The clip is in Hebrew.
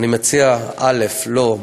ואני מציע: א' לא,